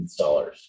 installers